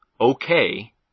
okay